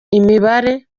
imibare